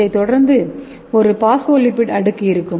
இதைத் தொடர்ந்து ஒரு பாஸ்போலிபிட் அடுக்கு இருக்கும்